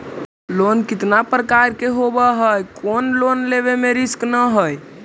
Loan कितना प्रकार के होबा है कोन लोन लेब में रिस्क न है?